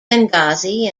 benghazi